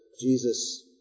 Jesus